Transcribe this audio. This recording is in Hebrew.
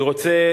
אני רוצה,